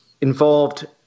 involved